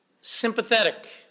sympathetic